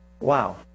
Wow